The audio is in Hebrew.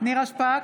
נירה שפק,